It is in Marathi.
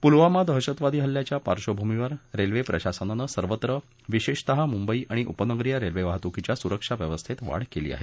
प्लवामा दहशतवादी हल्ल्याच्या पार्धभूमीवर रेल्वे प्रशासनानं सर्वत्र विशेषतः मुंबई आणि उपनगरीय रेल्वेवाहतूकीच्या सुरक्षा व्यवस्थेत वाढ केली आहे